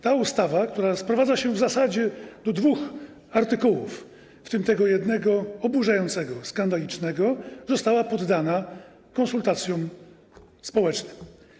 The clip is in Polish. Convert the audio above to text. Ta ustawa, która sprowadza się w zasadzie do dwóch artykułów, w tym tego jednego oburzającego, skandalicznego, została poddana konsultacjom społecznym.